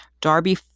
Darby